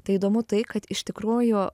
tai įdomu tai kad iš tikrųjų